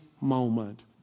moment